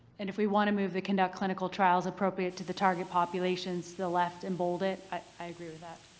and if we want to move the conduct clinical trials appropriate to the target populations to the left and bold it, i agree with that.